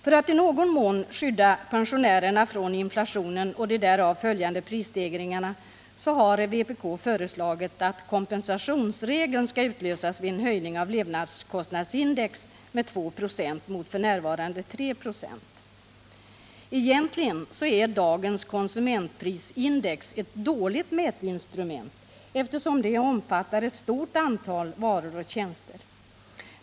För att i någon mån skydda pensionärerna från inflationen och de därav följande prisstegringarna har vpk föreslagit att kompensationsregeln skall utlösas vid en höjning av levnadskostnadsindex med 2 96 mot f.n. 3 96. Egentligen är dagens konsumentprisindex ett dåligt mätinstrument, eftersom det omfattar ett stort antal varor och tjänster.